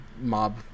mob